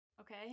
okay